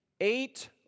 eight